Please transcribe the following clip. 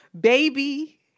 baby